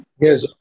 Yes